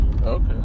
okay